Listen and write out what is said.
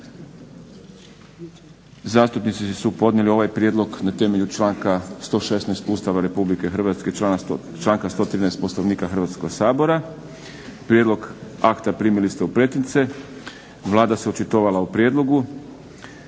Zastupnici su podnijeli ovaj prijedlog na temelju članka 116. Ustava Republike Hrvatske i članka 113. Poslovnika Hrvatskoga sabora. Prijedlog akta primili ste u pretince. Vlada se očitovala o prijedlogu.